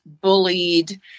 bullied